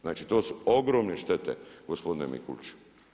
Znači, to su ogromne štete, gospodine Mikulić.